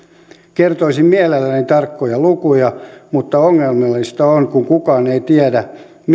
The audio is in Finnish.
kertoisin mielelläni tarkkoja lukuja mutta ongelmallista on kun kukaan ei tiedä